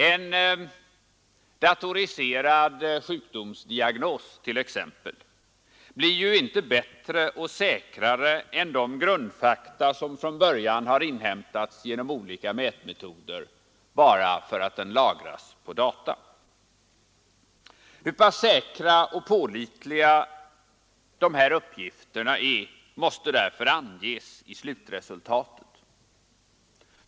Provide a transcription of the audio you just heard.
En datoriserad sjukdomsdiagnos, t.ex., blir ju inte bättre och säkrare än de grundfakta som från början har inhämtats genom olika mätmetoder bara för att den lagras på data. Hur pass säkra och pålitliga de här uppgifterna är måste därför anges i slutresultatet.